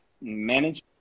management